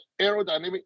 aerodynamic